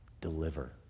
deliver